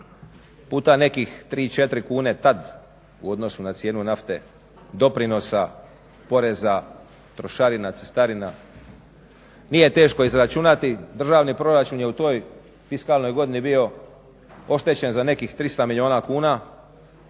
puta nekih 3, 4 kune tada u odnosu na cijenu nafte doprinosa, poreza, trošarina, cestarina. Nije teško izračunati državni proračun je u toj fiskalnoj godini bio oštećen za nekih 300 milijuna kuna.